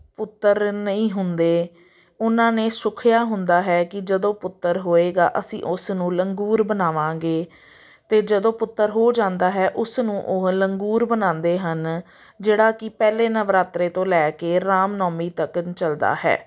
ਪੁੱਤਰ ਨਹੀਂ ਹੁੰਦੇ ਉਹਨਾਂ ਨੇ ਸੁੱਖਿਆ ਹੁੰਦਾ ਹੈ ਕਿ ਜਦੋਂ ਪੁੱਤਰ ਹੋਏਗਾ ਅਸੀਂ ਉਸਨੂੰ ਲੰਗੂਰ ਬਣਾਵਾਂਗੇ ਅਤੇ ਜਦੋਂ ਪੁੱਤਰ ਹੋ ਜਾਂਦਾ ਹੈ ਉਸ ਨੂੰ ਉਹ ਲੰਗੂਰ ਬਣਾਉਂਦੇ ਹਨ ਜਿਹੜਾ ਕਿ ਪਹਿਲੇ ਨਵਰਾਤਰੇ ਤੋਂ ਲੈ ਕੇ ਰਾਮਨੌਮੀ ਤੱਕ ਚੱਲਦਾ ਹੈ